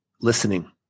listening